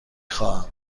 خواهم